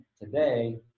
today